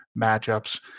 matchups